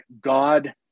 God